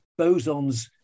bosons